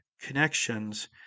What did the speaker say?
connections